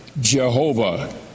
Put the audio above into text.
Jehovah